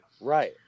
right